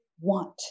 want